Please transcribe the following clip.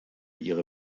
ihre